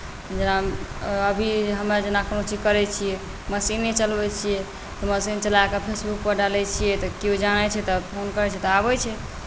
जेना अभी हमरा जेना कोनो चीज करैत छियै मशीने चलबैत छियै तऽ मशीन चला कऽ फेसबुकपर डालैत छियै तऽ केओ जानैत छै तऽ फोन करैत छै तऽ आबैत छै